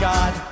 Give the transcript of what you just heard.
God